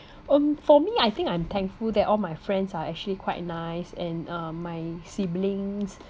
um for me I think I'm thankful that all my friends are actually quite nice and uh my siblings